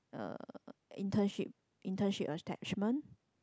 a internship internship attachment